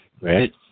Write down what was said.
right